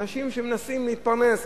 אנשים שמנסים להתפרנס,